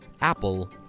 Apple